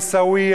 בעיסאוויה,